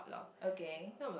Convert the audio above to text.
okay